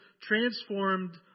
transformed